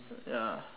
ya